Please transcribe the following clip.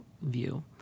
view